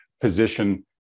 position